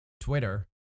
Twitter